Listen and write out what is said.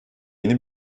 yeni